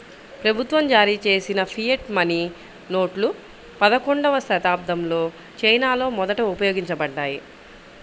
ప్రభుత్వం జారీచేసిన fiat money నోట్లు పదకొండవ శతాబ్దంలో చైనాలో మొదట ఉపయోగించబడ్డాయి